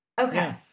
Okay